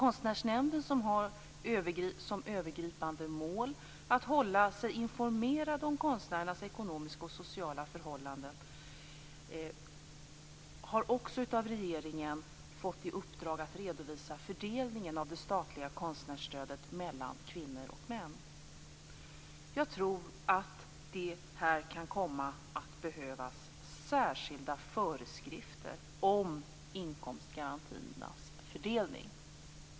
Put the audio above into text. Konstnärsnämnden, som har som övergripande mål att hålla sig informerad om konstnärernas ekonomiska och sociala förhållanden, har också av regeringen fått i uppdrag att redovisa fördelningen av det statliga konstnärsstödet mellan kvinnor och män. Jag tror att det kan komma att krävas särskilda föreskrifter om inkomstgarantiernas fördelning.